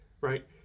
right